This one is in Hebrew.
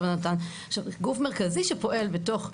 עכשיו, גוף מרכזי שפועל בתוך המרקם,